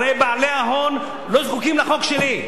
הרי בעלי ההון לא זקוקים לחוק שלי,